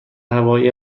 هوایی